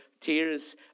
tears